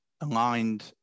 aligned